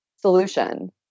solution